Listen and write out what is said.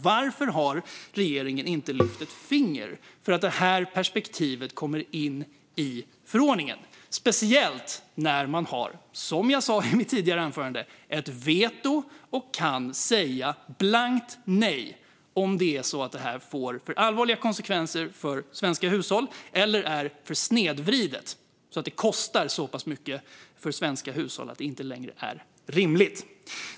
Varför har regeringen inte lyft ett finger för att detta perspektiv ska komma in i förordningen, speciellt när man, som jag sa i mitt tidigare anförande, har vetorätt och kan säga blankt nej om detta får för allvarliga konsekvenser för svenska hushåll eller är för snedvridet så att det kostar så pass mycket för svenska hushåll att det inte längre är rimligt?